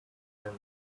end